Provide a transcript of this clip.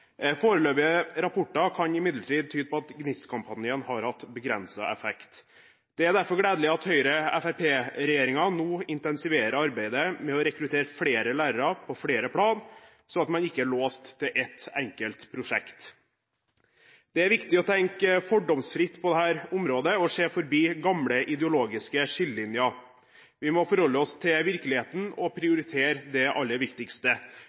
Foreløpige rapporter kan imidlertid tyde på at GNIST-kampanjen har hatt begrenset effekt. Det er derfor gledelig at Høyre–Fremskrittsparti-regjeringen nå intensiverer arbeidet med å rekruttere flere lærere på flere plan, sånn at man ikke er låst til ett enkelt prosjekt. Det er viktig å tenke fordomsfritt på dette området og se forbi gamle ideologiske skillelinjer. Vi må forholde oss til virkeligheten og prioritere det aller viktigste: